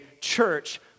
church